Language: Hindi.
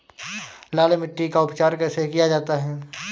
लाल मिट्टी का उपचार कैसे किया जाता है?